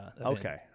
Okay